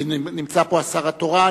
נמצא פה השר התורן